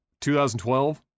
2012